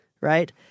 right